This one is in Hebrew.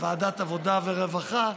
לוועדת עבודה ורווחה,